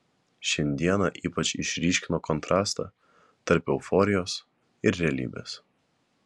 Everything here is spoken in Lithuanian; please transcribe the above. šiandiena ypač išryškino kontrastą tarp euforijos ir realybės